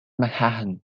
mcmahon